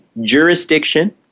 jurisdiction